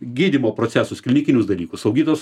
gydymo procesus klinikinius dalykus saugytojas